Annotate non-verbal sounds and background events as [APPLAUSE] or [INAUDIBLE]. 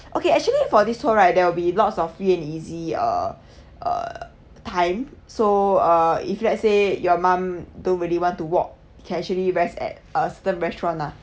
okay actually for this tour right there will be lots of free and easy uh [BREATH] uh time so uh if let's say your mom don't really want to walk can actually rest at uh certain restaurant lah